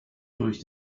durch